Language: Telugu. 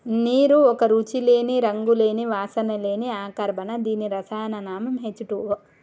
నీరు ఒక రుచి లేని, రంగు లేని, వాసన లేని అకర్బన దీని రసాయన నామం హెచ్ టూవో